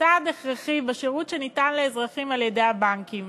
צעד הכרחי בשירות שניתן לאזרחים על-ידי הבנקים.